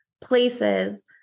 places